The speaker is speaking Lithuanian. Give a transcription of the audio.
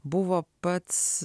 buvo pats